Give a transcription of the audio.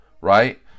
right